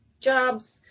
jobs